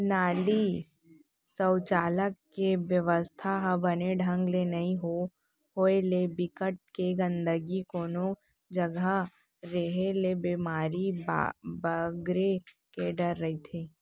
नाली, सउचालक के बेवस्था ह बने ढंग ले नइ होय ले, बिकट के गंदगी कोनो जघा रेहे ले बेमारी बगरे के डर रहिथे